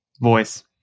Voice